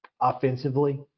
offensively